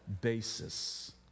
basis